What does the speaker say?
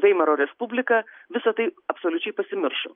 veimaro respublika visa tai absoliučiai pasimiršo